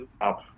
up